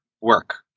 work